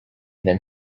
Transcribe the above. then